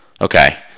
Okay